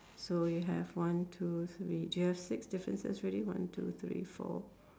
so you have one two three do you have six differences already one two three four